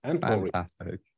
Fantastic